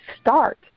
start